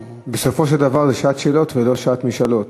בסופו של דבר זו שעת שאלות, ולא שעת משאלות.